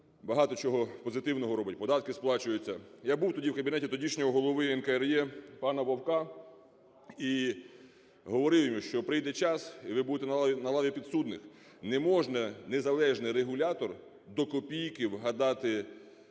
багато чого позитивного робить, податки сплачуються. Я був тоді в кабінеті тодішнього голови НКРЕ пана Вовка і говорив їм, що прийде час, і ви будете на лаві підсудних. Не може незалежний регулятор, до копійки вгадати